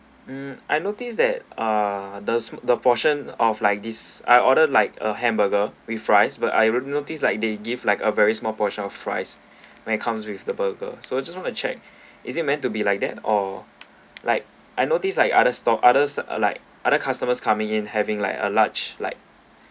um I noticed that uh does the portion of like this I ordered like a hamburger with fries but I wouldn't notice like they give like a very small portion of fries when it comes with the burger so I just want to check is it meant to be like that or like I notice Iike other store others like other customers coming in having like a large like